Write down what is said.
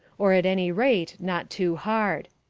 or, at any rate, not too hard.